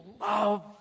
love